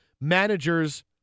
managers